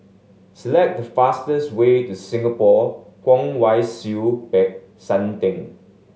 select the fastest way to Singapore Kwong Wai Siew Peck San Theng